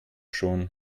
schon